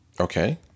Okay